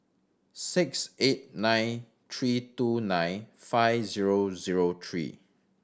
six eight nine three two nine five zero zero three